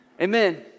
Amen